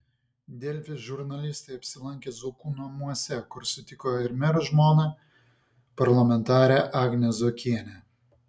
delfi žurnalistai apsilankė zuokų namuose kur sutiko ir mero žmoną parlamentarę agnę zuokienę